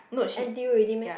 N_T_U already meh